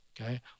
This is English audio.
okay